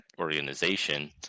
organization